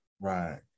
right